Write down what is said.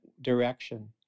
direction